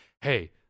Hey